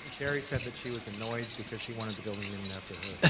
cherry said that she was annoyed because she wanted the building named after her.